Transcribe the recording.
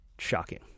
shocking